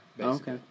Okay